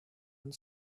and